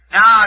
Now